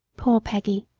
poor peggy!